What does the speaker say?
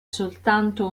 soltanto